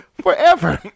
forever